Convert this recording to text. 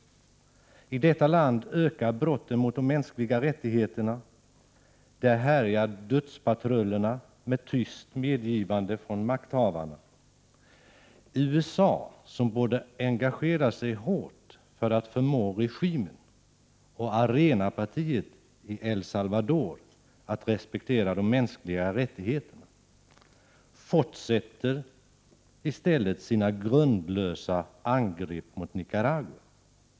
I detta land ökar brotten mot de mänskliga rättigheterna, där härjar dödspatrullerna med tyst medgivande från makthavarna. USA, som borde engagera sig hårt för att förmå regimen och ARENA-partiet i El Salvador att respektera de mänskliga rättigheterna, fortsätter i stället sina grundlösa angrepp mot Nicaragua.